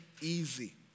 easy